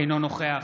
אינו נוכח